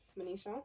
Manisha